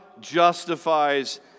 justifies